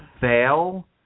fail